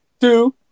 Two